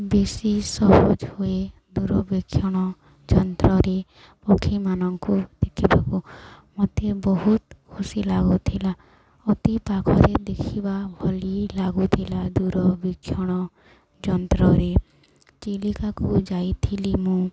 ବେଶୀ ସହଜ ହୁଏ ଦୂରବୀକ୍ଷଣ ଯନ୍ତ୍ରରେ ପକ୍ଷୀମାନଙ୍କୁ ଦେଖିବାକୁ ମୋତେ ବହୁତ ଖୁସି ଲାଗୁଥିଲା ଅତି ପାଖରେ ଦେଖିବା ଭଳି ଲାଗୁଥିଲା ଦୂରବୀକ୍ଷଣ ଯନ୍ତ୍ରରେ ଚିଲିକାକୁ ଯାଇଥିଲି ମୁଁ